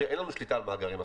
אין לנו שליטה על מאגרים אחרים.